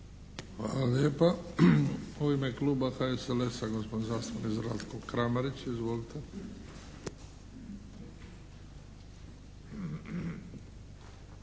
Hvala lijepa. U ime Kluba HSLS-a gospodin zastupnik Zlatko Kramarić. Izvolite.